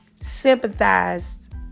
sympathized